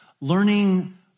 Learning